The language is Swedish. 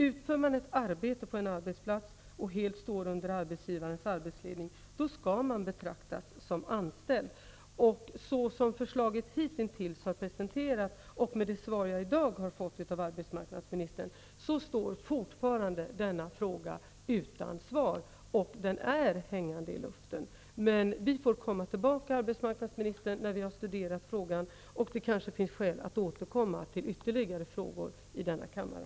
Utför man ett arbete på en arbetsplats och helt står under arbetsgivarens arbetsledning, skall man betraktas som anställd. Såsom förslaget hittills har presenterats och efter det svar som jag i dag har fått från arbetsmarknadsministern hänger denna fråga fortfarande i luften. Vi får dock komma tillbaka, arbetsmarknadsministern, när vi har studerat förslaget. Det kanske finns skäl att då ställa ytterligare frågor i denna kammare.